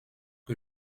que